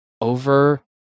over